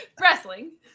Wrestling